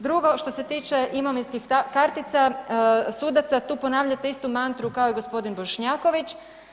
Drugo što se tiče imovinskih kartica sudaca, tu ponavljate istu mantru kao i gospodin Bošnjaković.